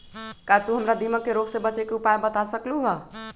का तू हमरा दीमक के रोग से बचे के उपाय बता सकलु ह?